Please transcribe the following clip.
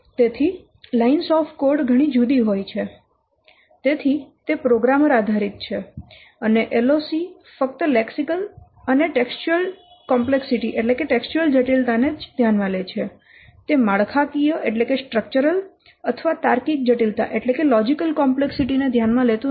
તેથી lines of code ઘણી જુદી હોય છે તેથી તે પ્રોગ્રામર આધારિત છે અને LOC ફક્ત લેક્સિકલ અને ટેક્સટયુઅલ જટિલતા ને જ ધ્યાનમાં લે છે તે માળખાકીય અથવા તાર્કિક જટિલતા ને ધ્યાન માં લેતું નથી